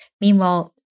Meanwhile